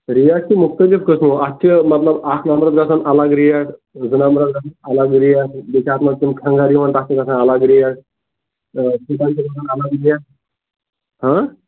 rate چھِ مختلف قٕسمو اتھ چھِ مطلب اکھ نمبر گژھان الگ ریٹ زٕ نمبرس گژھان الگ ریٹ بیٚیہِ چھِ اتھ منٛز تِم کھنٛگر یِوان تتھ چھِ گژھان الگ ریٹ تہٕ تِمن چھِ گژھان الگ ریٹ